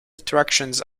attractions